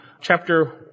chapter